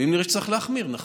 ואם נצטרך להחמיר, נחמיר.